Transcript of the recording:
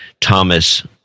Thomas